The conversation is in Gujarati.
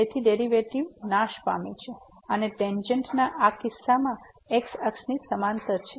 તેથી ડેરીવેટીવ નાશ પામે છે અથવા ટેંજેન્ટ આ કિસ્સામાં x અક્ષની સમાંતર છે